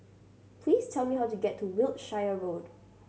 please tell me how to get to Wiltshire Road